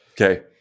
Okay